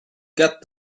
got